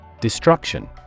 Destruction